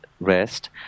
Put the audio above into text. rest